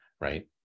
right